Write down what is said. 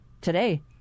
today